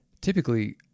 typically